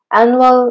annual